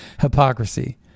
Hypocrisy